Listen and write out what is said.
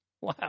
Wow